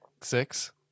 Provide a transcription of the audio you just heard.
six